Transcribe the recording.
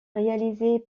réalisées